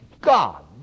God